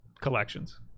collections